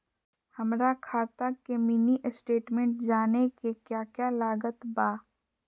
हमरा खाता के मिनी स्टेटमेंट जानने के क्या क्या लागत बा?